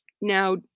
now